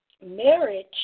Marriage